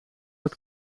het